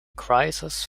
crisis